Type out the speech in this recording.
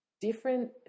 Different